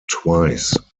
twice